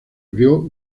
abrió